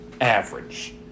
average